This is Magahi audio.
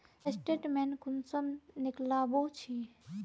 स्टेटमेंट कुंसम निकलाबो छी?